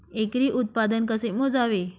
एकरी उत्पादन कसे मोजावे?